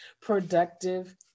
productive